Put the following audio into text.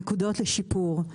נקודות לשיפור.